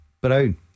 Brown